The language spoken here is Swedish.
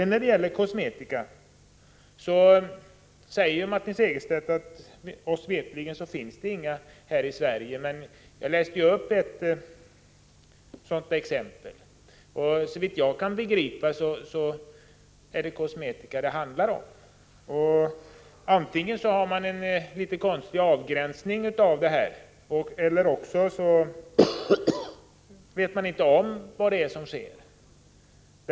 När det gäller kosmetikaförsöken säger Martin Segerstedt att det veterligen inte förekommer några sådana i Sverige. Men jag gav ett exempel, där det såvitt jag kan begripa handlar om kosmetika. Antingen har man en litet konstig avgränsning eller också vet man inte vad som sker.